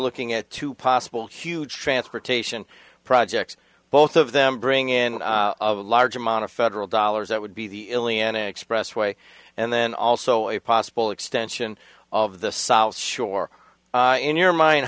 looking at two possible huge transportation projects both of them bring in a large amount of federal dollars that would be the iliana expressway and then also a possible extension of the south shore in your mind